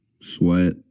Sweat